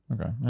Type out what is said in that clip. Okay